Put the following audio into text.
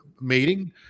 meeting